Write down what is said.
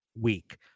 week